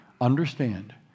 understand